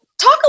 talk